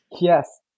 Yes